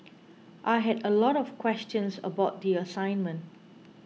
I had a lot of questions about the assignment